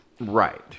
right